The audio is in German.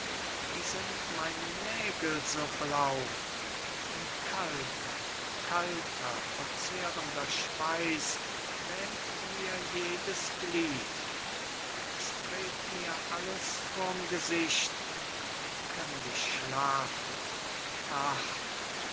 wie sind meine nägel so blau ein kalter kalter verzehrender schweiß lähmt mir jedes glied es dreht mir alles vorm gesicht könnt ich schlafen ach